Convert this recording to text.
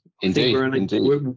indeed